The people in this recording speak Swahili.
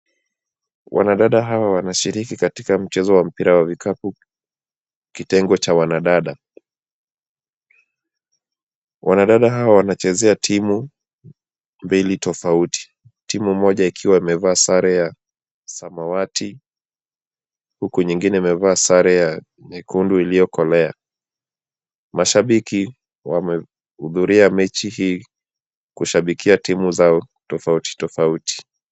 Wanadada hawa wanashiriki katika mchezo wa mpira wa vikapu kitengo cha wanadada. Wanadada hawa wanachezea timu mbili tofauti. Timu moja ikiwa imevaa sare ya samawati huku nyingine imevaa sare ya nyekundu iliyokolea. Mashabiki wamehudhuria mechi hii kushabikia timu zao tofauti tofauti.